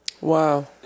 Wow